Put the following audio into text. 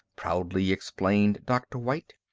proudly explained dr. white.